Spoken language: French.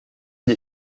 des